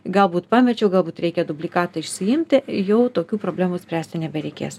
galbūt pamečiau galbūt reikia dublikatą išsiimti jau tokių problemų spręsti nebereikės